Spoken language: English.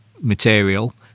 Material